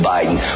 Biden